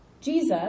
Jesus